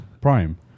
Prime